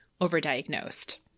overdiagnosed